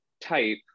type